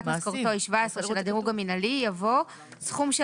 משכורתו היא 17 של הדירוג המנהלי" יבוא "סכום של